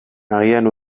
agian